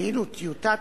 ואילו טיוטת